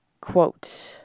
Quote